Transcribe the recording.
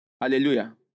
Hallelujah